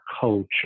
culture